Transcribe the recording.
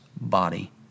body